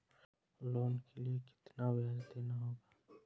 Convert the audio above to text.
Loan के लिए कितना ब्याज देना होगा?